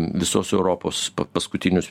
visos europos paskutinius